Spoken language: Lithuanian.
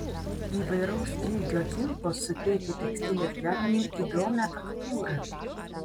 įvairaus ilgio kilpos suteikia tekstilės gaminiui įdomią faktūrą